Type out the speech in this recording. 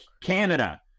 Canada